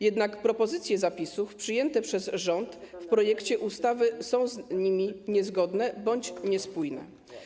Jednak propozycje zapisów przyjęte przez rząd w projekcie ustawy są z nimi niezgodne bądź niespójne.